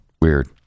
Weird